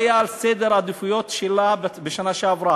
זה לא היה בסדר העדיפויות שלה בשנה שעברה,